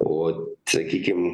o sakykime